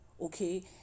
okay